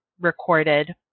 recorded